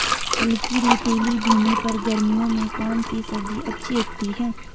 हल्की रेतीली भूमि पर गर्मियों में कौन सी सब्जी अच्छी उगती है?